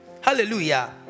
hallelujah